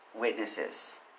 witnesses